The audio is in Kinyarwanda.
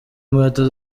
inkweto